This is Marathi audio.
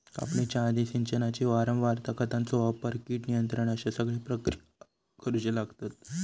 कापणीच्या आधी, सिंचनाची वारंवारता, खतांचो वापर, कीड नियंत्रण अश्ये सगळे प्रक्रिया करुचे लागतत